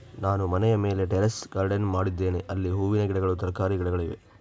ನಾನು ಮನೆಯ ಮೇಲೆ ಟೆರೇಸ್ ಗಾರ್ಡೆನ್ ಮಾಡಿದ್ದೇನೆ, ಅಲ್ಲಿ ಹೂವಿನ ಗಿಡಗಳು, ತರಕಾರಿಯ ಗಿಡಗಳಿವೆ